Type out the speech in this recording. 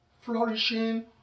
Flourishing